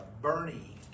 Bernie